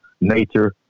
nature